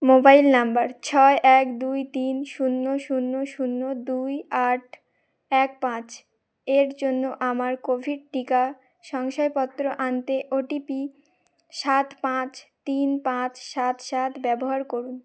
mobile number ছয় এক দুই তিন শূন্য শূন্য শূন্য দুই আট এক পাঁচ এর জন্য আমার কোভিড টিকা শংসাপত্র আনতে ও টি পি সাত পাঁচ তিন পাঁচ সাত সাত ব্যবহার করুন